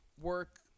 work